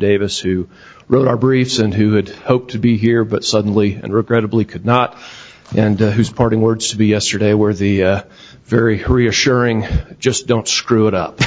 davis who wrote our briefs and who had hoped to be here but suddenly and regrettably could not and whose parting words to be yesterday were the very her reassuring just don't screw it up